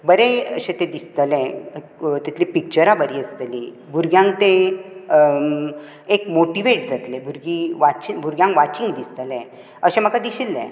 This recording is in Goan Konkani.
बरे अशें ते दिसतले तातुंतली पिचरां बरी आसतली भुरग्यांक तें एक मोटीवेट जातली भुरगीं भुरग्यांक वाचन दिसतलें अशें म्हाका दिशिल्लें